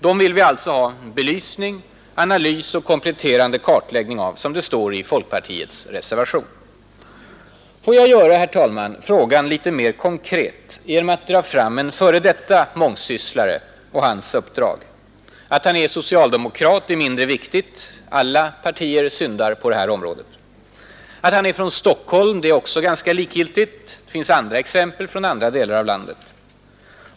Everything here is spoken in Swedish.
Dem vill vi alltså ha belysning, analys och kompletterande kartläggning av, som det står i folkpartiets reservation. Får jag göra frågan litet mer konkret genom att dra fram en f. d. mångsysslare och hans uppdrag. Att han är socialdemokrat är mindre viktigt; alla partier syndar på det här området. Att han är från Stockholm är också ganska likgiltigt; det finns andra exempel från andra delar av landet.